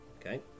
Okay